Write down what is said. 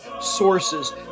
sources